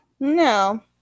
No